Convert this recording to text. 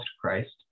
Christ